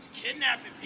kidnapping,